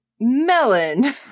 melon